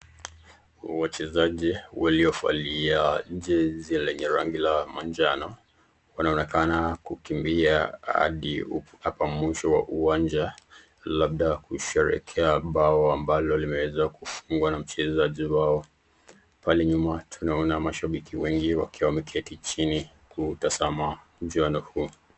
Wachezaji waliovalia jezi lenye rangi la manjano, wanaonekana kukimbia hadi hapa mwisho wa uwanja, labda kusherehekea bao ambalo limeweza kufungwa na mchezaji wao. Pale nyuma tunaona mashabiki wengi wakiwa wameketi chini kutazama mchuano huu.